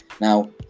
Now